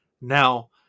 Now